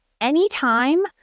anytime